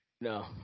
No